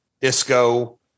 disco